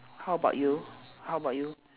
how about you how about you